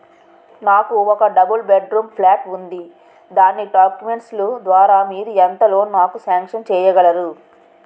నాకు ఒక double bed room flat ఉంది దాని డాక్యుమెంట్స్ లు ద్వారా మీరు ఎంత లోన్ నాకు సాంక్షన్ చేయగలరు?